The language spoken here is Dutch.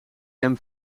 een